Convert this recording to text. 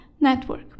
Network